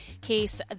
case